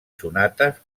sonates